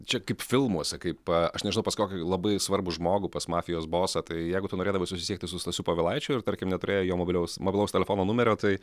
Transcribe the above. čia kaip filmuose kaip aš nežinau pas kokį labai svarbų žmogų pas mafijos bosą tai jeigu tu norėdavai susisiekti su stasiu povilaičiu ir tarkim neturėjai jo mobiliaus mobilaus telefono numerio tai